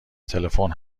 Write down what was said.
تلفن